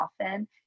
often